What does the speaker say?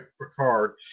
Picard